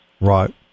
Right